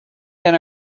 been